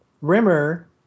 Rimmer